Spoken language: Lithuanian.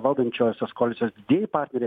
valdančiosios koalicijos didieji partneriai